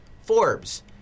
Forbes